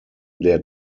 der